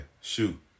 shoot